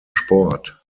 sport